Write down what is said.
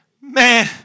Man